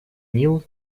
нил